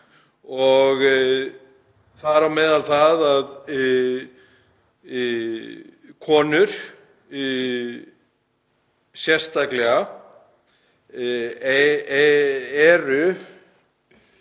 og þar á meðal það að konur eiga sérstaklega á